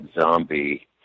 zombie